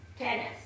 tennis